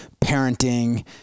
parenting